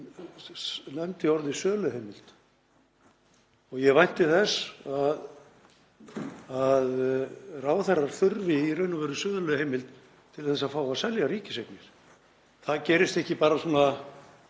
nefndi orðið söluheimild. Ég vænti þess að ráðherrar þurfi í raun og veru söluheimild til að fá að selja ríkiseignir. Það gerist ekki bara þegar